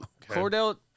Cordell